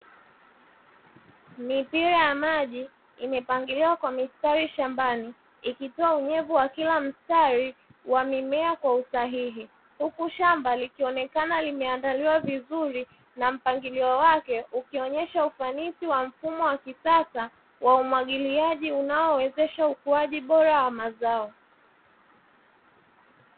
Mipira ya maji imepangiliwa kwa mistari shambani ikitoa unyevu wa kila mstari wa mimea kwa usahihi, huku shamba likionekana limeandaliwa vizuri na mpangilio wake ukionyesha ufanisi wa mfumo wa kisasa wa umwagiliaji, unaowezesha ukuaji bora wa mazao.